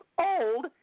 old